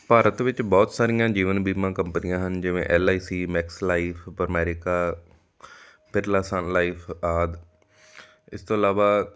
ਭਾਰਤ ਵਿੱਚ ਬਹੁਤ ਸਾਰੀਆਂ ਜੀਵਨ ਬੀਮਾ ਕੰਪਨੀਆਂ ਹਨ ਜਿਵੇਂ L I C Max Life Pramerica Birla Sun Life ਆਦਿ ਇਸ ਤੋਂ ਇਲਾਵਾ